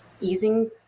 easing